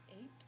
Eight